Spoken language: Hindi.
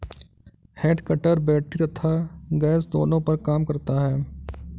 हेड कटर बैटरी तथा गैस दोनों पर काम करता है